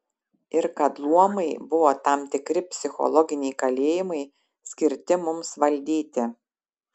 ir kad luomai buvo tam tikri psichologiniai kalėjimai skirti mums valdyti